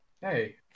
Hey